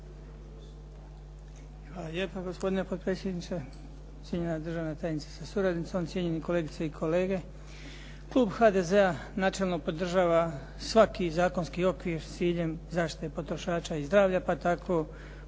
Hvala lijepa gospodine potpredsjedniče, cijenjena državna tajnice sa suradnicom, cijenjeni kolegice i kolege. Klub HDZ-a načelno podržava svaki zakonski okvir s ciljem zaštite potrošača i zdravlja, pa tako